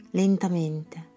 lentamente